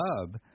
Hub